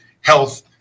health